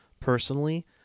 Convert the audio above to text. personally